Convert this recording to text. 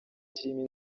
kirimo